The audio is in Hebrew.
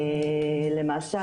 למעשה,